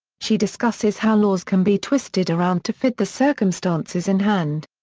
she discusses how laws can be twisted around to fit the circumstances in hand.